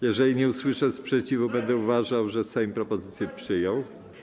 Jeżeli nie usłyszę sprzeciwu, będę uważał, że Sejm propozycję przyjął.